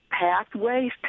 pathways